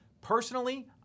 Personally